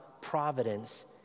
providence